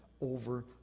over